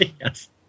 Yes